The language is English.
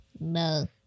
No